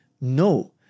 No